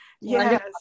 Yes